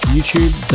YouTube